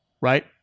right